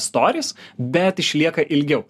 storis bet išlieka ilgiau